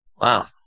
Wow